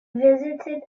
visited